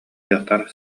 дьахтар